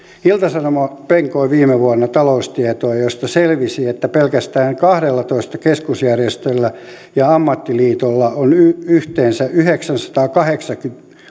ilta sanomat penkoi viime vuonna taloustietoja joista selvisi että pelkästään kahdellatoista keskusjärjestöllä ja ammattiliitolla on yhteensä yhdeksänsadankahdeksankymmenen